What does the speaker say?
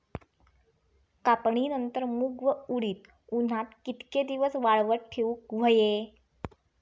कापणीनंतर मूग व उडीद उन्हात कितके दिवस वाळवत ठेवूक व्हये?